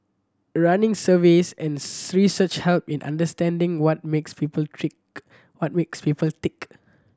running surveys and research help in understanding what makes people trick what makes people tick